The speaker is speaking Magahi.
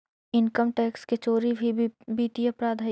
इनकम टैक्स के चोरी भी वित्तीय अपराध हइ